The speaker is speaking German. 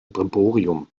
brimborium